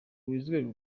wizerwe